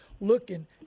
looking